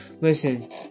Listen